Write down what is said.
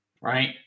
right